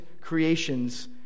creations